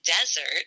desert